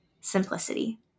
simplicity